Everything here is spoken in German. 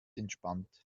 entspannt